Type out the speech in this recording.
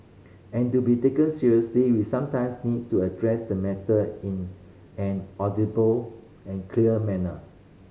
and to be taken seriously we sometimes need to address the matter in an audible and clear manner